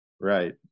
Right